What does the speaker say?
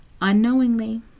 unknowingly